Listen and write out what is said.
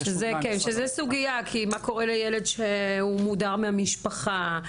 זו סוגיה כי מה קורה לילד שמודר מהמשפחה?